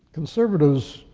conservatives,